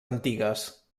antigues